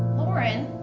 lauren.